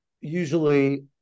usually